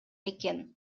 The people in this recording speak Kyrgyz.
экен